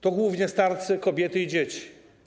To są głównie starcy, kobiety i dzieci.